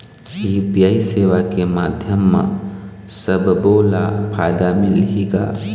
UPI सेवा के माध्यम म सब्बो ला फायदा मिलही का?